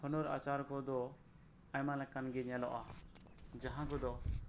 ᱦᱩᱱᱩᱨ ᱟᱪᱟᱨ ᱠᱚᱫᱚ ᱟᱭᱢᱟ ᱞᱮᱠᱟᱱ ᱜᱮ ᱧᱮᱞᱚᱜᱼᱟ ᱡᱟᱦᱟᱸ ᱠᱚᱫᱚ